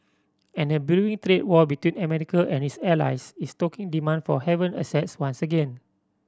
and a brewing trade war between America and its allies is stoking demand for haven assets once again